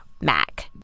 mac